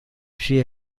she